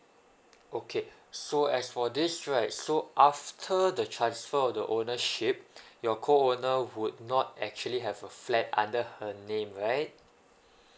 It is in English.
okay so as for this right so after the transfer of the ownership your co owner would not actually have a flat under her name right